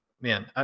man